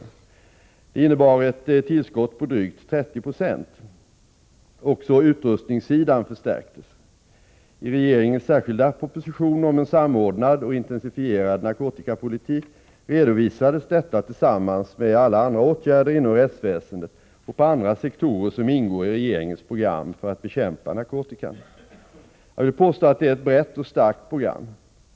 Detta innebar ett tillskott på drygt 30 90. Också utrustningssidan förstärktes. I regeringens särskilda proposition om en samordnad och intensifierad narkotikapolitik redovisas detta tillsammans med alla andra åtgärder inom rättsväsendet och på andra sektorer som ingår i regeringens program för att bekämpa narkotikan. Jag vill påstå att det är ett brett och starkt program.